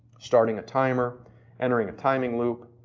starting a timer entering the timing loop,